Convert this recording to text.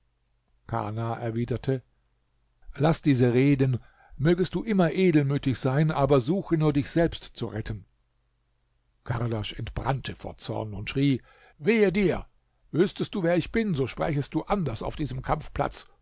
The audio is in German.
kana erwiderte laß diese reden mögest du immer edelmütig sein aber suche nur dich selbst zu retten kardasch entbrannte vor zorn und schrie wehe dir wüßtest du wer ich bin so sprächest du anders auf diesem kampfplatz